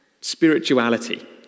spirituality